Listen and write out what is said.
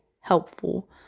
helpful